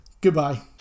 Goodbye